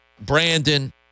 Brandon